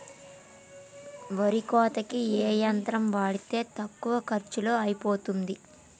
వరి కోతకి ఏ యంత్రం వాడితే తక్కువ ఖర్చులో అయిపోతుంది?